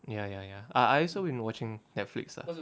ya ya ya I I also been watching Netflix lah